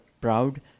proud